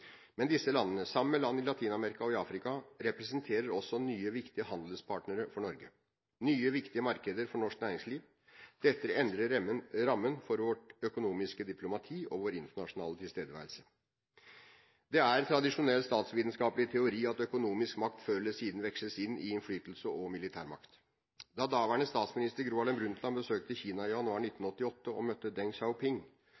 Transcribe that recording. Men disse landene, sammen med land i Latin-Amerika og i Afrika, representerer også nye viktige handelspartnere for Norge – nye viktige markeder for norsk næringsliv. Dette endrer rammene for vårt økonomiske diplomati og vår internasjonale tilstedeværelse. Det er tradisjonell statsvitenskapelig teori at økonomisk makt før eller siden veksles inn i innflytelse og militær makt. Da daværende statsminister Gro Harlem Brundtland besøkte Kina i januar